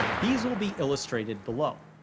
these will be illustrated below.